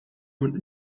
und